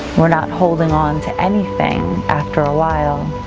we're not holding on to anything after a while.